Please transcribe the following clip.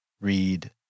read